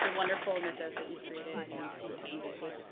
wonderful mythos that you created and we combined it with